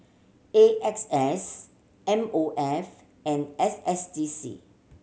A X S M O F and S S D C